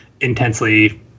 intensely